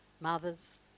mothers